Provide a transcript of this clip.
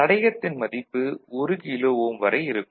தடையத்தின் மதிப்பு 1 kilo ohm வரை இருக்கும்